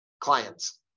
clients